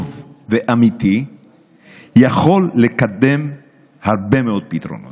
ואמיתי יכול לקדם הרבה מאוד פתרונות.